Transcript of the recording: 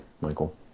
Michael